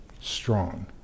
strong